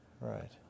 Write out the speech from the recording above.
Right